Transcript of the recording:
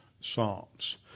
psalms